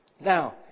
Now